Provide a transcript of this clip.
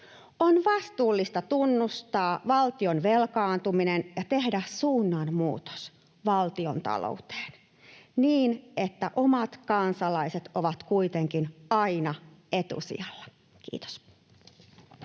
On vastuullista tunnustaa valtion velkaantuminen ja tehdä suunnanmuutos valtiontalouteen niin, että omat kansalaiset ovat kuitenkin aina etusijalla. — Kiitos.